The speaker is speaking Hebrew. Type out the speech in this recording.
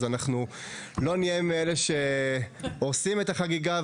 אז אנחנו לא נהיה מאלה שהורסים את החגיגה,